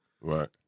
Right